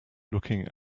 looking